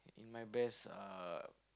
in my best uh